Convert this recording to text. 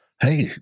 Hey